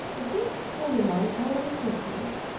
if this holy man call in assistance,